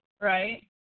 right